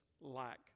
lack